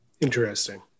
interesting